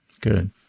Good